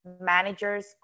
managers